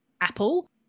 Apple